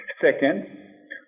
Second